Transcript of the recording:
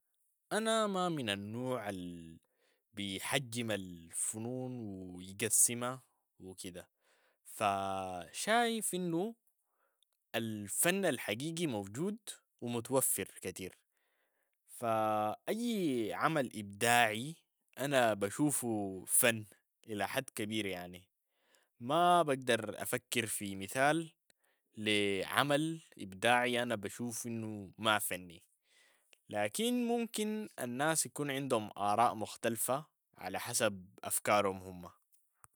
أنا ما من النوع بيحجم الفنون و يقسمها و كدا، ف- شايف إنو الفن الحقيقي موجود و متوفر كتير ف- أي عمل إبداعي أنا بشوفو فن إلى حد كبير يعني، ما بقدر أفكر في مثال لي عمل إبداعي أنا بشوف انو ما فني، لكن ممكن الناس يكون عندهم آراء مختلفة على حسب افكارهم هم.